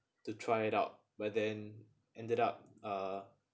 to try it out but then ended up uh